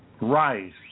rise